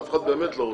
אף אחד באמת לא רוצה.